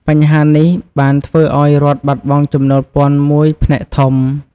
បញ្ហានេះបានធ្វើឱ្យរដ្ឋបាត់បង់ចំណូលពន្ធមួយផ្នែកធំ។